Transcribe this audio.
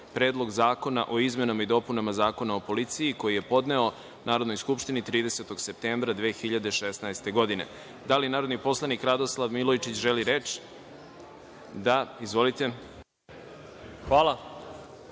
Predlog zakona o izmenama i dopunama Zakona o policiji, koji je podneo Narodnoj skupštini 30. septembra 2016. godine. Da li narodni poslanik Radoslav Milojičić želi reč? (Da.) Izvolite.